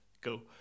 Go